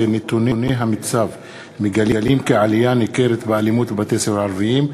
בנושא: נתוני המיצ"ב מגלים עלייה ניכרת באלימות בבתי-ספר ערביים.